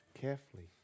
carefully